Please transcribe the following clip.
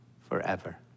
forever